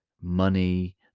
money